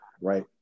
right